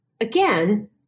again